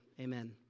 Amen